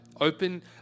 open